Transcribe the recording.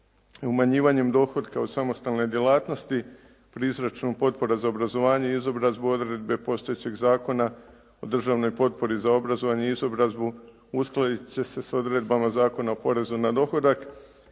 Umanjivanjem dohotka od samostalne djelatnosti pri izračunu potpora za obrazovanje i izobrazbu odredbe postojećeg Zakona o državnoj potpori za obrazovanje i izobrazbu uskladiti će se s odredbama Zakona o porezu na dohodak,